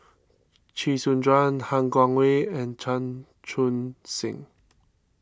Chee Soon Juan Han Guangwei and Chan Chun Sing